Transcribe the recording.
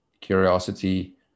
Curiosity